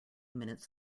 minutes